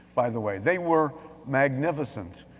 by the way, they were magnificent.